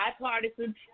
bipartisan